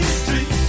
street